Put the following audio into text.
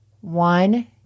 One